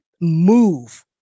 move